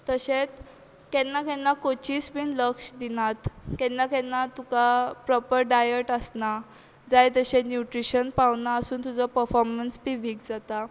तशेंच केन्ना केन्ना कोचीस बीन लक्ष दिनात केन्ना केन्ना तुका प्रॉपर डायट आसना जाय तशें न्युट्रिशन पावना आसून तुजो पर्फोमन्स बी वीक जाता